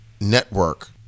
network